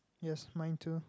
yes mine too